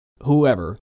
whoever